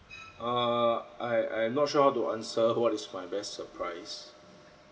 err I I am not sure to answer what is my best surprise